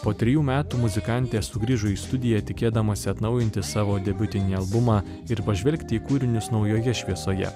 po trijų metų muzikantė sugrįžo į studiją tikėdamasi atnaujinti savo debiutinį albumą ir pažvelgti į kūrinius naujoje šviesoje